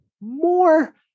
more